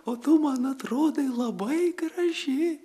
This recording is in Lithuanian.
o tu man atrodai labai graži